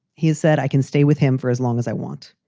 he said i can stay with him for as long as i want.